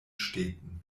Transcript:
städten